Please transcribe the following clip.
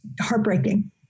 heartbreaking